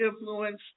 influence